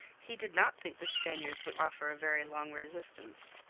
he did not think the spaniards would offer a very long resistance.